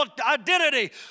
identity